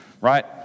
Right